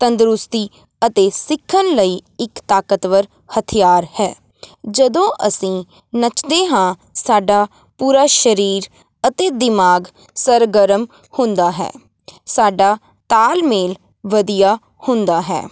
ਤੰਦਰੁਸਤੀ ਅਤੇ ਸਿੱਖਣ ਲਈ ਇੱਕ ਤਾਕਤਵਰ ਹਥਿਆਰ ਹੈ ਜਦੋਂ ਅਸੀਂ ਨੱਚਦੇ ਹਾਂ ਸਾਡਾ ਪੂਰਾ ਸਰੀਰ ਅਤੇ ਦਿਮਾਗ ਸਰਗਰਮ ਹੁੰਦਾ ਹੈ ਸਾਡਾ ਤਾਲਮੇਲ ਵਧੀਆ ਹੁੰਦਾ ਹੈ